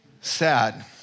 sad